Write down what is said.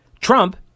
Trump